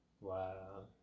Wow